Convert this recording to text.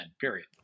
period